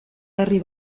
herri